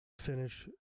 finish